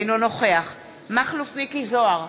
אינו נוכח מכלוף מיקי זוהר,